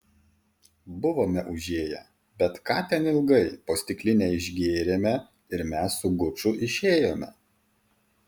buvome užėję bet ką ten ilgai po stiklinę išgėrėme ir mes su guču išėjome